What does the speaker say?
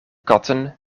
katten